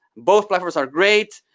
both platforms are great.